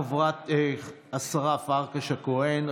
השרה פרקש הכהן.